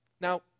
Now